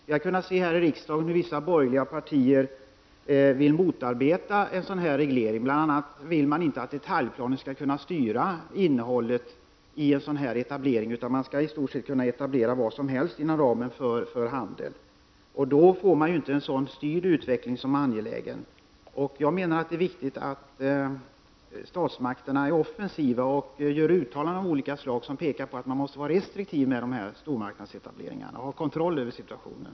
Vi har här i riksdagen kunnat se hur vissa borgerliga partier vill motarbeta en reglering. Bl.a. vill man inte att detaljplanen skall kunna styra innehållet i en etablering. Man skall i stor sett kunna etablera vad som helst inom ramen för handel. Då får man inte en sådan styrd utveckling som är angelägen. Jag menar att det är viktigt att statsmakterna är offensiva och gör uttalanden av olika slag som pekar på att man måste vara restriktiv med stormarknadsetableringarna och ha kontroll över situationen.